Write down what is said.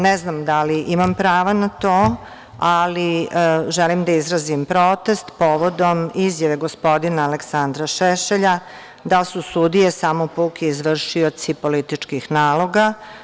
Ne znam da li imam prava na to, ali želim da izrazim protest povodom izjave gospodina Aleksandra Šešelja da su sudije samo puki izvršioci političkih naloga.